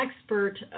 expert